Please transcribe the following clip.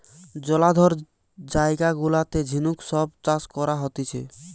জলাধার জায়গা গুলাতে ঝিনুক সব চাষ করা হতিছে